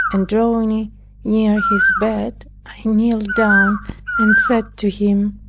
and drawing near his bed, i kneeled down and said to him,